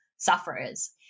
Sufferers